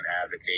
advocate